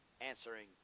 answering